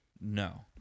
No